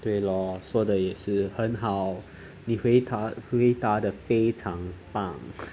对咯说的也是很好你回答回答得非常棒